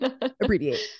abbreviate